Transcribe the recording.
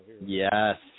Yes